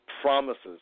promises